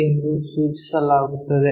ಎಂದು ಸೂಚಿಸಲಾಗುತ್ತದೆ